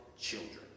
children